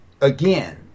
again